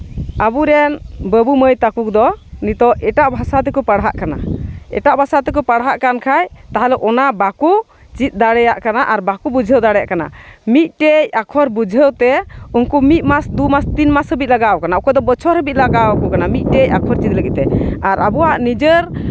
ᱟᱵᱚ ᱨᱮᱱ ᱵᱟᱹᱵᱩ ᱢᱟᱹᱭ ᱛᱟᱠᱚ ᱫᱚ ᱱᱤᱛᱚᱜ ᱮᱴᱟᱜ ᱵᱷᱟᱥᱟ ᱛᱮᱠᱚ ᱯᱟᱲᱦᱟᱜ ᱠᱟᱱᱟ ᱮᱴᱟᱜ ᱵᱷᱟᱥᱟ ᱛᱮᱠᱚ ᱯᱟᱲᱦᱟᱜ ᱠᱟᱱ ᱠᱷᱟᱡ ᱛᱟᱦᱚᱞᱮ ᱚᱱᱟ ᱵᱟᱠᱚ ᱪᱮᱫ ᱫᱟᱲᱮᱭᱟᱜ ᱠᱟᱱᱟ ᱟᱨ ᱵᱟᱠᱚ ᱵᱩᱡᱷᱟᱹᱣ ᱫᱟᱲᱮᱭᱟᱜ ᱠᱟᱱᱟ ᱢᱤᱫᱴᱮᱡ ᱟᱠᱷᱚᱨ ᱵᱩᱡᱷᱟᱹᱣ ᱛᱮ ᱩᱱᱠᱩ ᱢᱤᱫ ᱢᱟᱥ ᱫᱩ ᱢᱟᱥ ᱛᱤᱱ ᱢᱟᱥ ᱦᱟᱹᱵᱤᱡ ᱞᱟᱜᱟᱣ ᱠᱟᱱᱟ ᱚᱠᱚᱭ ᱫᱚ ᱵᱚᱪᱷᱚᱨ ᱦᱟᱹᱵᱤᱡ ᱞᱟᱜᱟᱣ ᱟᱠᱚ ᱠᱟᱱᱟ ᱢᱤᱫᱴᱮᱡ ᱟᱠᱷᱚᱨ ᱪᱮᱫ ᱞᱟᱹᱜᱤᱫ ᱛᱮ ᱟᱨ ᱟᱵᱚᱣᱟᱜ ᱱᱤᱡᱮᱨ